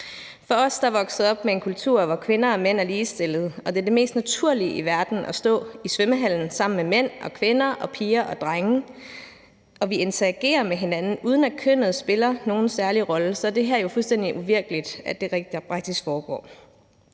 For os, der er vokset op i en kultur, hvor kvinder og mænd er ligestillede, hvor det er det mest naturlige i verden at stå i svømmehallen sammen med mænd og kvinder og piger og drenge, og hvor vi interagerer med hinanden, uden at kønnet spiller nogen særlig rolle, så er det jo fuldstændig uvirkeligt, at det her rent faktisk foregår.